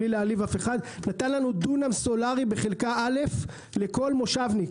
בלי להעליב אף אחד נתן דונם סולארי בחלקה א' לכל מושבניק.